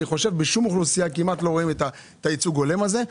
אני חושב שבשום אוכלוסייה כמעט לא רואים את הייצוג ההולם הזה.